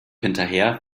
hinterher